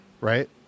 right